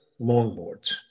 longboards